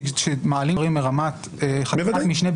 כי כשמעלים מרמת חקיקת משנה,